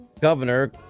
governor